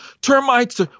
termites